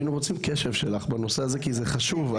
היינו רוצים את הקשב שלך בנושא הזה כי זה חשוב.